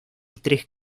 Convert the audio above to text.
tres